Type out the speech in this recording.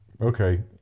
Okay